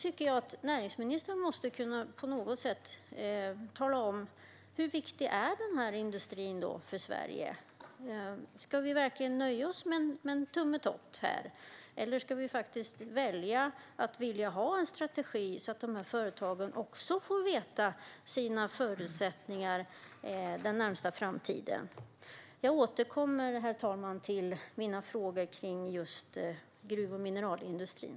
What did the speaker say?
Men näringsministern måste ändå kunna tala om hur viktig den här industrin är för Sverige: Ska vi nöja oss med att det bara blev en tummetott här, eller ska vi faktiskt försöka få till stånd en strategi, så att dessa företag får veta sina förutsättningar den närmaste framtiden? Jag återkommer senare med mina frågor om gruv och mineralindustrin.